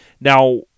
Now